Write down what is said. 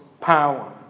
power